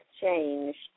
changed